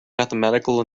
mathematical